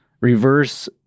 reverse